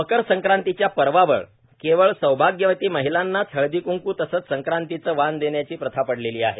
मकरसंक्रांतीच्या पर्वावर केवळ सौभाग्यवती महिलांनाच हळदीकंक तसेच संक्रांतीच वाण देण्याची प्रथा पडलेली आहे